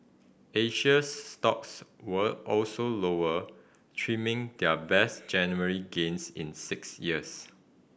Asians stocks were also lower trimming their best January gains in six years